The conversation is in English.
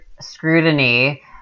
scrutiny